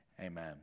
Amen